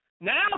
Now